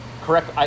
correct